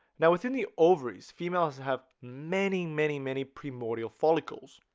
now within the ovaries females have many many many primordial follicles